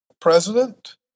president